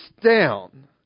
down